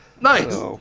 Nice